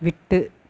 விட்டு